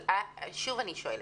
שוב אני שואלת: